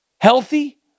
healthy